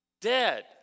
dead